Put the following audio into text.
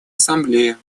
ассамблее